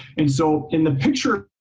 and so in the picture,